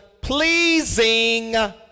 pleasing